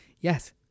yes